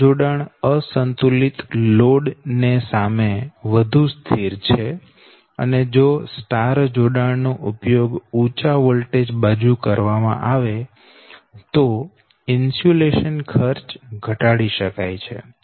આ જોડાણ અસંતુલિત લોડ ને સામે વધુ સ્થિર છે અને જો સ્ટાર જોડાણ નો ઉપયોગ ઉંચા વોલ્ટેજ બાજુ કરવામાં આવે તો ઇન્સ્યુલેશન ખર્ચ ઘટાડી શકાય છે